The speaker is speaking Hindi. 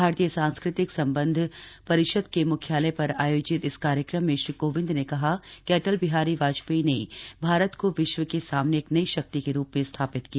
भारतीय सांस्कृतिक संबंध परिषद के मुख्यालय पर आयोजित इस कार्यक्रम में श्री कोविंद ने कहा कि अटल बिहारी वाजपेयी ने भारत को विश्व के सामने एक नई शक्ति के रूप में स्थापित किया